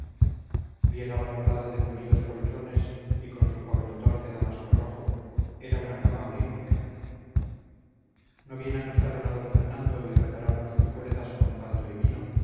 bien abarrotada de mullidos colchones y con su cobertor de damasco rojo era una cama olímpica no bien acostaron a d fernando y repararon sus fuerzas con caldo y vino